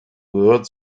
gehört